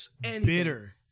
bitter